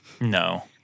No